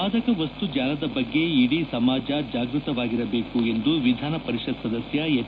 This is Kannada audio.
ಮಾದಕ ವಸ್ತು ಜಾಲದ ಬಗ್ಗೆ ಇಡೀ ಸಮಾಜ ಜಾಗೃತ ಆಗಿರಬೇಕು ಎಂದು ವಿಧಾನ ಪರಿಷತ್ ಸದಸ್ಯ ಎಚ್